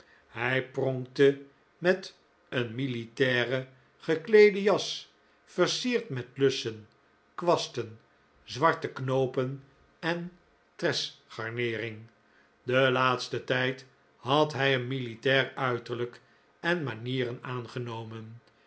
hij pronkte met een militaire gekleede jas versierd met lussen kwasten zwarte knoopen en tresgarneering den laatsten tijd had hij een militair uiterlijk en manieren aangenomen